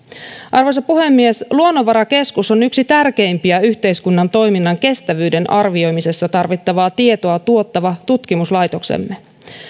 arvoisa puhemies luonnonvarakeskus on yksi tärkeimmistä yhteiskunnan toiminnan kestävyyden arvioimisessa tarvittavaa tietoa tuottavista tutkimuslaitoksistamme